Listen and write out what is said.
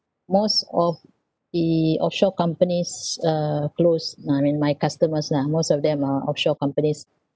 most of the offshore companies uh closed I mean my customers lah most of them are offshore companies